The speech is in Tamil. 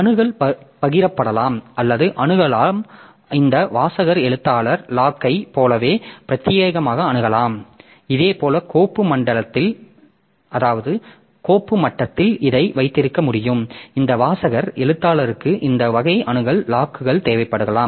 அணுகல் பகிரப்படலாம் அல்லது அணுகலாம் இந்த வாசகர் எழுத்தாளர் லாக்களைப் போலவே பிரத்தியேகமாக அணுகலாம் இதேபோல் கோப்பு மட்டத்தில் இதை வைத்திருக்க முடியும் இந்த வாசகர் எழுத்தாளருக்கு இந்த வகை அணுகல் லாக்கள் தேவைப்படலாம்